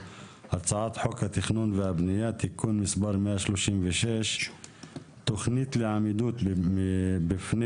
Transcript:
הצעת חוק התכנון והבנייה (תיקון מס' 136) (תכנית לעמידות בפני